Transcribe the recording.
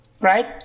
right